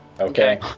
Okay